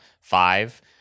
Five